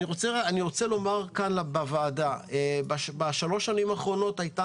אני רוצה לומר כאן בוועדה: בשלוש השנים האחרונות הייתה